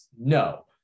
no